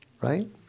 right